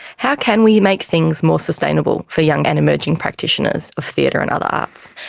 how can we make things more sustainable for young and emerging practitioners of theater and other arts?